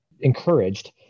encouraged